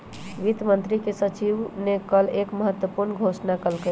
वित्त मंत्री के सचिव ने कल एक महत्वपूर्ण घोषणा कइलय